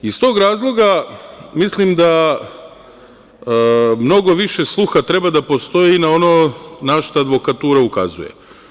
Iz tog razloga mislim da mnogo više sluha treba da postoji na ono na šta advokatura ukazuje.